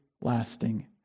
lasting